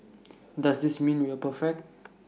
does this mean we are perfect